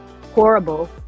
horrible